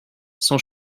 sans